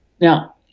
Now